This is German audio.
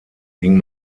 ging